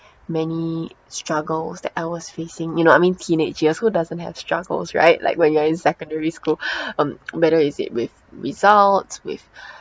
many struggles that I was facing you know I mean teenage years who doesn't have struggles right like when you're in secondary school um whether it's with results with